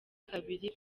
kabiri